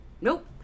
nope